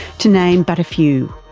to name but a few.